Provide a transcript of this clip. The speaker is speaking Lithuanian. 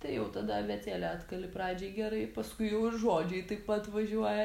tai jau tada abėcėlę atkali pradžiai gerai paskui jau ir žodžiai taip pat važiuoja